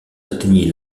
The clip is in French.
atteignit